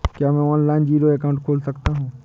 क्या मैं online zero account खोल सकता हूँ?